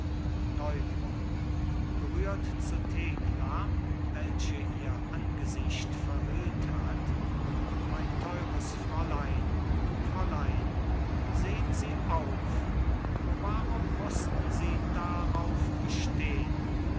neubrunn gerührt zu thekla welche ihr angesicht verhüllt hat mein teures fräulein fräulein sehn sie auf o warum mußten sie darauf bestehn